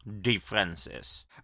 differences